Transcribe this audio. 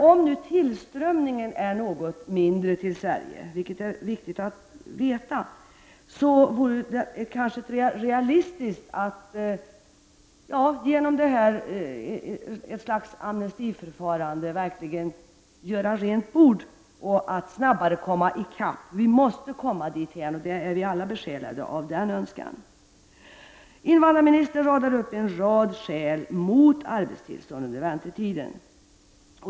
Om tillströmningen nu är något mindre till Sverige, vilket är viktigt att få veta, vore det kanske realistiskt att genom något slags amnestiförfarande verkligen göra rent bord och snabbare komma i kapp. Vi måste komma dithän. Vi är alla besjälade av den önskan. Invandrarministern radar upp en rad skäl mot arbetstillstånd under väntetiden.